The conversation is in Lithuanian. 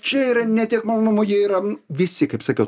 čia yra ne tiek malonumų jie yra visi kaip sakiau